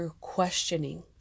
questioning